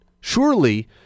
Surely